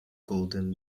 golden